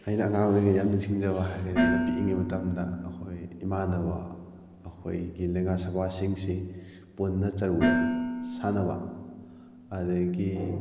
ꯑꯩꯅ ꯑꯉꯥꯡ ꯑꯣꯏꯔꯤꯉꯩ ꯌꯥꯝ ꯅꯤꯡꯁꯤꯡꯖꯕ ꯍꯥꯏꯔꯒꯗꯤ ꯑꯩꯅ ꯄꯤꯛꯂꯤꯉꯩ ꯃꯇꯝꯗ ꯑꯩꯈꯣꯏ ꯏꯃꯥꯟꯅꯕ ꯑꯩꯈꯣꯏꯒꯤ ꯂꯦꯡꯒꯥ ꯁꯤꯡꯁꯤ ꯄꯨꯟꯅ ꯆꯔꯨꯗ ꯁꯥꯟꯅꯕ ꯑꯗꯒꯤ